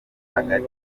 hagati